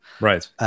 Right